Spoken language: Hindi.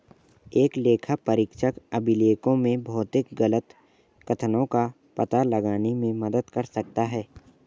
एक लेखापरीक्षक अभिलेखों में भौतिक गलत कथनों का पता लगाने में मदद कर सकता है